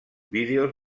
vídeos